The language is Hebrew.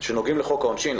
שנוגעים לחוק העונשין,